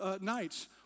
nights